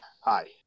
hi